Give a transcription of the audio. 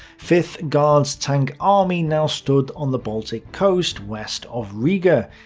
fifth guards tank army now stood on the baltic coast west of riga,